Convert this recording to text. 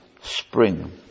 spring